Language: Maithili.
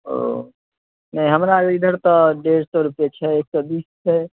ओ नहि हमरा इधर तऽ डेढ़ सए रुपैये छै एक सए बीस छै